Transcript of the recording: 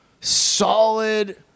solid